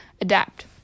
adapt